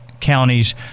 counties